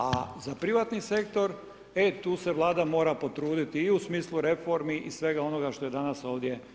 A za privatni sektor e tu se Vlada mora potruditi i u smislu reformi i svega onoga što je danas ovdje spomenuto.